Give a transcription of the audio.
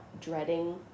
dreading